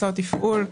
הוצאות תפעול,